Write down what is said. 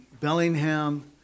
Bellingham